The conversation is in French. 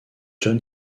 john